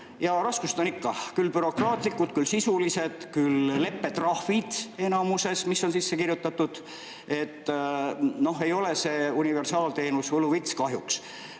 Aga raskused on ikka: küll bürokraatlikud, küll sisulised, küll leppetrahvid, mis enamusel on sisse kirjutatud. Ei ole see universaalteenus võluvits kahjuks.